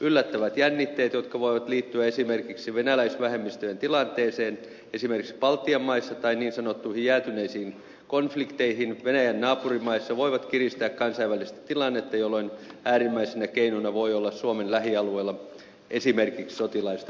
yllättävät jännitteet jotka voivat liittyä esimerkiksi venäläisvähemmistöjen tilanteeseen esimerkiksi baltian maissa tai niin sanottuihin jäätyneisiin konflikteihin venäjän naapurimaissa voivat kiristää kansainvälistä tilannetta jolloin äärimmäisenä keinona voi olla suomen lähialueella esimerkiksi sotilaallista painostusta